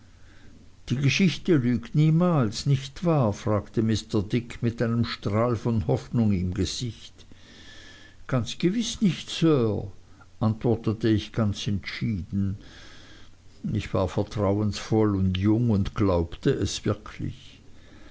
die geschichte lügt niemals nicht wahr fragte mr dick mit einem strahl von hoffnung im gesicht ganz gewiß nicht sir antwortete ich ganz entschieden ich war vertrauensvoll und jung und glaubte es wirklich